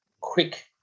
quick